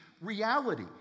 reality